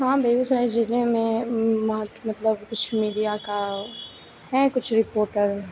वहाँ बेगूसराय जिले में मतलब कुछ मीडिया का हैं कुछ रिपोर्टर